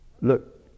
look